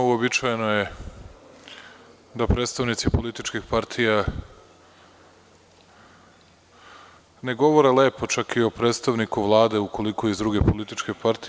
Uobičajeno je da predstavnici političkih partija ne govore lepo čak i o predstavniku Vlade ukoliko je iz druge političke partije.